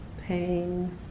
pain